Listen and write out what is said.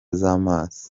z’amaso